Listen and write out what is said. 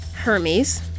Hermes